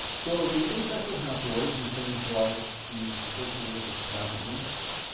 so the asexual haploids are things like the tuberculosis pathogen,